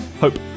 Hope